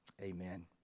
amen